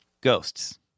Ghosts